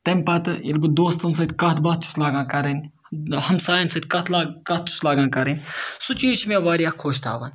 تَمہِ پَتہٕ ییٚلہِ بہٕ دوستَن سۭتۍ کَتھ باتھ چھُس لاگان کَرٕنۍ ہمسایَن سۭتۍ کَتھ لاگ کَتھ چھُس لاگان کَرٕنۍ سُہ چیٖز چھِ مےٚ واریاہ خۄش تھاوان